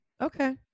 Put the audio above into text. Okay